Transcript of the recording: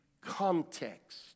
context